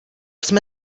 jsme